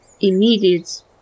immediate